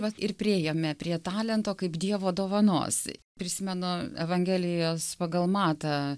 vat ir priėjome prie talento kaip dievo dovanos prisimenu evangelijos pagal matą